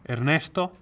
Ernesto